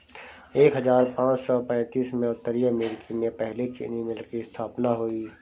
एक हजार पाँच सौ पैतीस में उत्तरी अमेरिकी में पहली चीनी मिल की स्थापना हुई